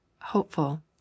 hopeful